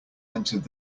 entered